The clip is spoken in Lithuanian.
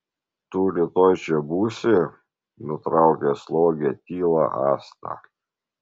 tu rytoj čia būsi nutraukė slogią tylą asta